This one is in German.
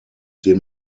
den